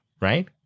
right